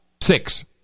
six